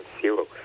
zero